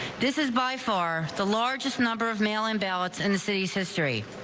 this is by far the largest number of mail in ballots and the city's history.